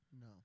No